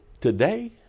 today